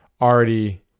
already